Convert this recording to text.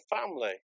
family